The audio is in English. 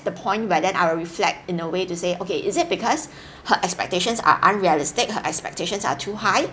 the point where then I'll reflect in a way to say okay is it because her expectations are unrealistic her expectations are too high